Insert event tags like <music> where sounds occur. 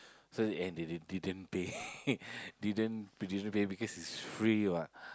so and they they didn't pay <laughs> didn't they didn't pay because it's free [what]